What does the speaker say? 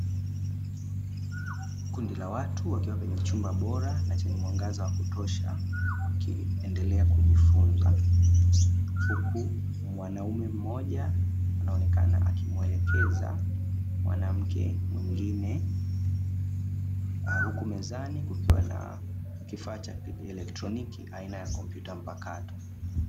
Kundi la watu wakikwa kwenye chumba bora na chenye mwangaza wa kutosha wakiendelea kujifunza, huku mwanaume mmoja anaonekana akimuelekeza mwanamke mwingine huku mezani kukiwa na kifaa cha kieletroniki, aina ya kompyuta mpakato.